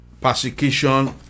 persecution